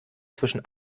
zwischen